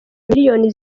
miliyoni